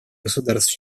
государств